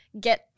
Get